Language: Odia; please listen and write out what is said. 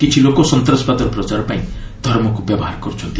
କିଛି ଲୋକ ସନ୍ତାସବାଦର ପ୍ରଚାର ପାଇଁ ଧର୍ମକୁ ବ୍ୟବହାର କରୁଛନ୍ତି